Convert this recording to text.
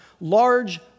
large